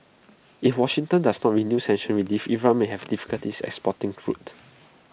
if Washington does not renew sanctions relief Iran may have difficulties exporting crude